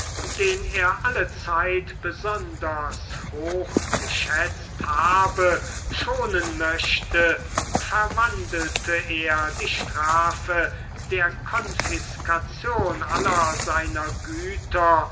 den er allezeit besonders hochgeschätzt habe schonen möchte verwandelte er die strafe der konfiskation aller seiner güter